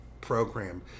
program